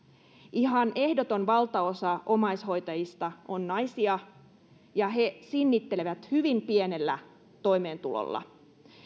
ihan ehdoton valtaosa omaishoitajista on naisia ja he sinnittelevät hyvin pienellä toimeentulolla